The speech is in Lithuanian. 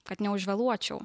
kad neužvėluočiau